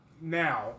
now